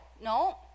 No